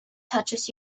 touches